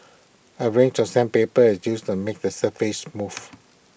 A range of sandpaper is used to make A surface smooth